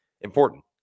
important